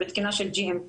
נקודה אחרונה,